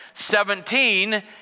Seventeen